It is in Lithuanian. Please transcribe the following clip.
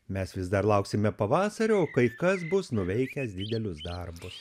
mes vis dar lauksime pavasarioo kai kas bus nuveikęs didelius darbus